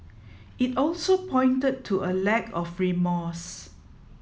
it also pointed to a lack of remorse